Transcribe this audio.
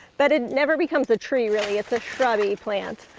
but it never becomes a tree, really. it's a shrubby plant.